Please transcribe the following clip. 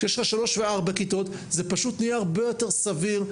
כשיש לך שלוש או ארבע כיתות זה פשוט נראה הרבה יותר סביר,